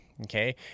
okay